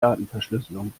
datenverschlüsselung